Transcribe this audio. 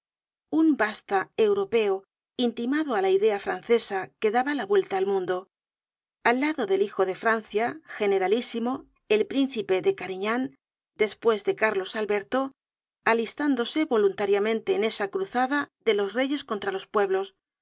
un basta europeo intimado á la idea francesa que daba la vuelta'al mundo al lado del hijo de francia generalísimo el príncipe de carignan despues carlos alberto alistándose voluntariamente en esa cruzada de los reyes contra los pueblos con